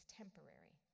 temporary